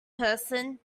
person